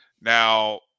Now